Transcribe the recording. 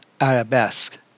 Arabesque